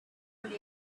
over